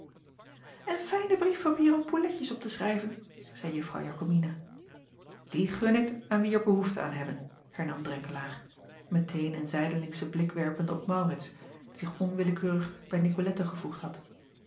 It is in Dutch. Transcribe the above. n fijn brievepapier om pouletjes op te schrijven zeî uffrouw akomina ie gun ik aan wie er behoefte aan hebben hernam renkelaer meteen een zijdelingschen blik werpende op aurits die zich onwillekeurig bij icolette gevoegd had